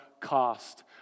cost